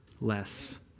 less